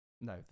No